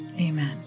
Amen